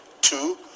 two